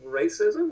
racism